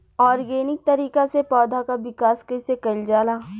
Organic तरीका से पौधा क विकास कइसे कईल जाला?